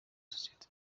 sosiyete